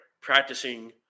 practicing